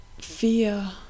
fear